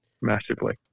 massively